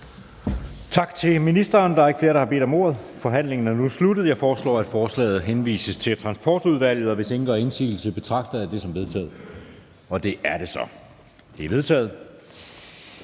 Tak til ministeren. Der er ikke flere, der har bedt om ordet. Forhandlingen er nu sluttet. Jeg foreslår, at lovforslaget henvises til Transportudvalget, og hvis ingen gør indsigelse, betragter jeg det som vedtaget. Det er vedtaget.